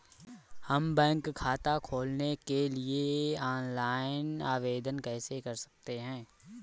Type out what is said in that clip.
हम बैंक खाता खोलने के लिए ऑनलाइन आवेदन कैसे कर सकते हैं?